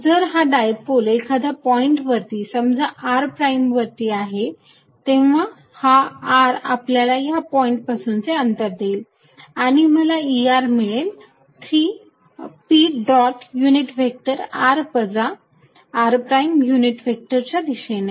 जर हा डायपोल एखाद्या पॉईंट वरती समजा r प्राईम वरती आहे तेव्हा हा r आपल्याला त्या पॉईंट पासूनचे अंतर देईल आणि मला E मिळेल 3 p dot unit vector r वजा r प्राईम युनिट व्हेक्टर च्या दिशेने